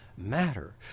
matter